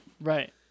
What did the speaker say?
Right